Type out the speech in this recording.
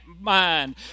mind